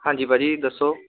ਹਾਂਜੀ ਭਾਅ ਜੀ ਦੱਸੋ